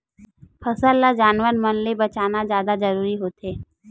फसल ल जानवर मन ले बचाना जादा जरूरी होवथे